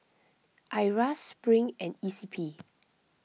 Iras Spring and E C P